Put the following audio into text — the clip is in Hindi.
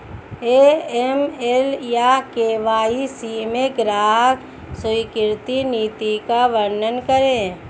ए.एम.एल या के.वाई.सी में ग्राहक स्वीकृति नीति का वर्णन करें?